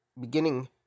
beginning